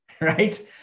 right